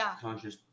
conscious